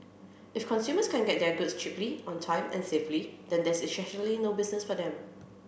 if consumers can't get their goods cheaply on time and safely then there's essentially no business for them